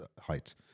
height